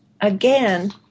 Again